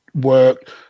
work